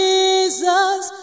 Jesus